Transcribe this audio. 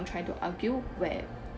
I'm trying to argue where